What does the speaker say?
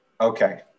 Okay